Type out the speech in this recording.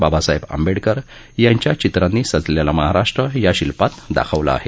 बाबासाहेब आंबेडकर यांच्या चित्रांनी सजलेला महाराष्ट्र या शिल्पात दाखवला आहे